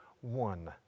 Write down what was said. one